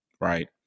Right